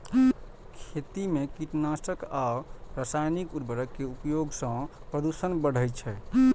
खेती मे कीटनाशक आ रासायनिक उर्वरक के उपयोग सं प्रदूषण बढ़ै छै